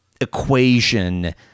equation